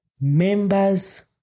Members